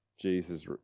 Jesus